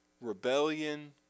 rebellion